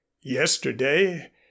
Yesterday